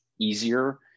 easier